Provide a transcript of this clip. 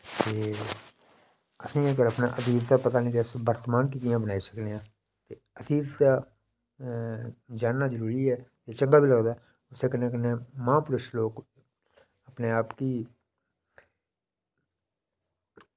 ते असेंगी अपने अतीत दा पता निं मन दी कियां बनाई सकने आं ते असें ई सिर्फ जानना जरूरी ऐ अचंभा निं लगदा इसदे कन्नै कन्नै महापुरश अपने आप गी